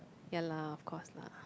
ya lah of course lah